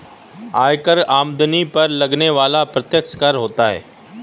आयकर आमदनी पर लगने वाला प्रत्यक्ष कर होता है